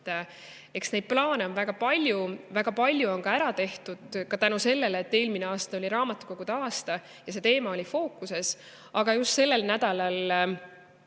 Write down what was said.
neid plaane on väga palju. Väga palju on ka ära tehtud, ka tänu sellele, et eelmine aasta oli raamatukogude aasta ja see teema oli fookuses. Aga just sellel nädalal,